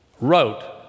wrote